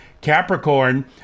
Capricorn